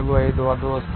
00145 వద్ద వస్తోంది